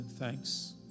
thanks